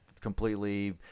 completely